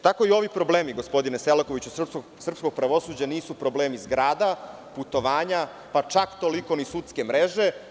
Tako i ovi problemi, gospodine Selakoviću, srpskog pravosuđa nisu problemi zgrada, putovanja, pa čak toliko ni sudske mreže.